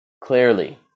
clearly